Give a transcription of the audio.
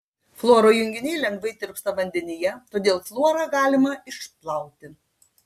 fluoro junginiai lengvai tirpsta vandenyje todėl fluorą galima išplauti